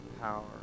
power